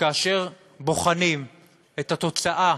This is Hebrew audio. שכאשר בוחנים את התוצאה